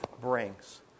brings